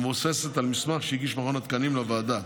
המבוססת על מסמך שהגיש מכון התקנים לוועדה.